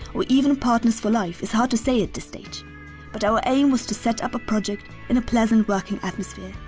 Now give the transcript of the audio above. or even partners for life is hard to say at this stage but our aim was to set up a project in a pleasant working atmosphere,